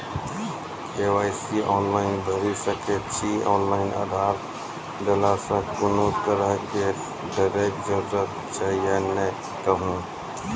KYC online भैरि सकैत छी, ऑनलाइन आधार देलासॅ कुनू तरहक डरैक जरूरत छै या नै कहू?